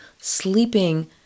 sleeping